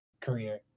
career